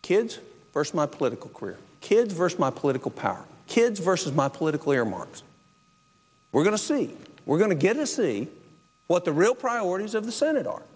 kids first my political career kids versus my political power kids versus my political earmarks we're going to see we're going to get to see what the real priorities of the senate